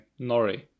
Nori